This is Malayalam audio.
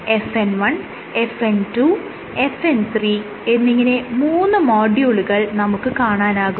FN 1 FN 2 FN 3 എന്നിങ്ങനെ മൂന്ന് മോഡ്യൂളുകൾ നമുക്ക് കാണാനാകും